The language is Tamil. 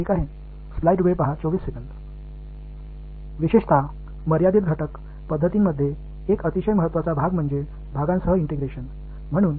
குறிப்பாக வரையறுக்கப்பட்ட உறுப்பு முறைகளில் ஒரு மிக முக்கியமான பகுதி பகுதிகளால் ஒருங்கிணைத்தல் ஆகும்